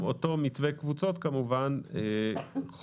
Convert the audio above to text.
מתווה של קבוצות חובה,